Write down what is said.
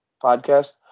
podcast